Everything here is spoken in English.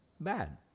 bad